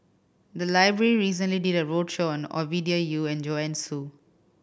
the library recently did a roadshow on Ovidia Yu and Joanne Soo